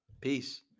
Peace